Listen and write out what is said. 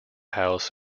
house